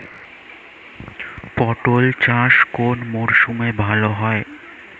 পটল চাষ কোন মরশুমে ভাল হয়?